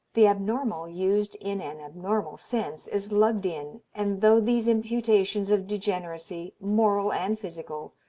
the abnormal used in an abnormal sense is lugged in and though these imputations of degeneracy, moral and physical,